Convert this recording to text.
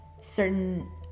certain